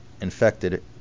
infected